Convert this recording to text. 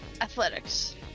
Athletics